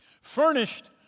Furnished